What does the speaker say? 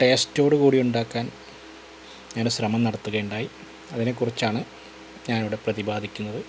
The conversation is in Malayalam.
ടേസ്റ്റോടുകൂടി ഉണ്ടാക്കാൻ ഞാൻ ശ്രമം നടത്തുകയുണ്ടായി അതിനെ കുറിച്ചാണ് ഞാൻ ഇവിടെ പ്രതിപാതിക്കുന്നത്